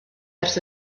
ers